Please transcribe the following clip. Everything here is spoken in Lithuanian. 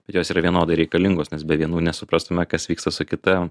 ir jos yra vienodai reikalingos nes be vienų nesuprastume kas vyksta su kitom